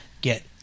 get